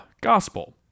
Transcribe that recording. gospel